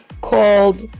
called